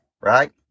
Right